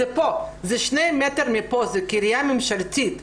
זה פה, זה 2 מ' מפה, בקרית הממשלה.